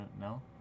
No